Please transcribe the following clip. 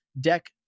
deck